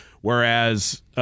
whereas –